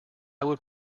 would